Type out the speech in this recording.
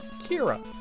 Kira